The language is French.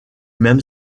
même